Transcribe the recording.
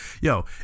Yo